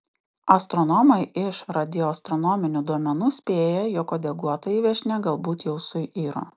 astronomai iš radioastronominių duomenų spėja jog uodeguotoji viešnia galbūt jau suiro